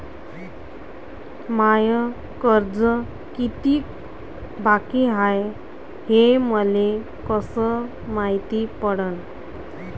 माय कर्ज कितीक बाकी हाय, हे मले कस मायती पडन?